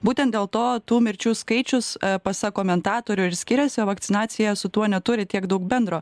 būtent dėl to tų mirčių skaičius pasak komentatorių ir skiriasi o vakcinacija su tuo neturi tiek daug bendro